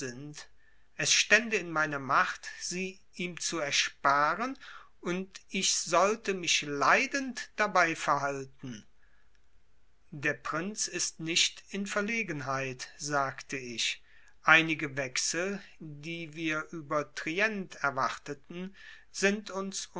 es stände in meiner macht sie ihm zu ersparen und ich sollte mich leidend dabei verhalten der prinz ist nicht in verlegenheit sagte ich einige wechsel die wir über trient erwarteten sind uns